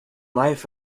life